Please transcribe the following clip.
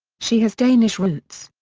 she has danish roots.